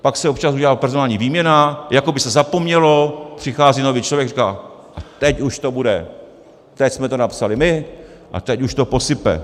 Pak se občas udělá personální výměna, jako by se zapomnělo, přichází nový člověk a říká teď už to bude, teď jsme to napsali my a teď už to posype.